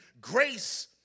Grace